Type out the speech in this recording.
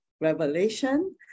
revelation